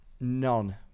none